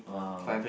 !wow!